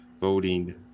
voting